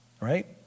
right